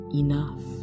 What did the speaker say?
enough